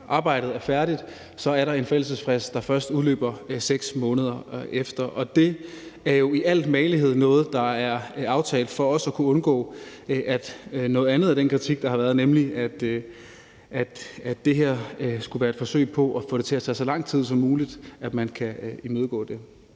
arbejdet er færdigt, er der en forældelsesfrist, der først udløber 6 måneder efter, og det er jo noget, der er aftalt for også at kunne imødegå noget andet af den kritik, der har været, nemlig at det her skulle være et forsøg på at få det til at tage så lang tid som muligt. Kl. 13:09 Fjerde